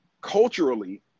culturally